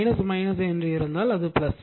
அது இருந்தால் அது